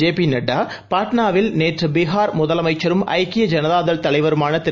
JP Nadda பாட்னாவில் நேற்று பீகார் முதலமைச்சரும் ஐக்கிய ஜனதா தள் தலைவருமான திரு